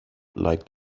like